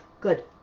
good